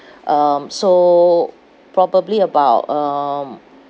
um so probably about um